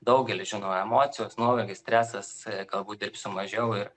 daugelis žino emocijos nuovargis stresas galbūt dirbsiu mažiau ir